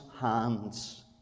hands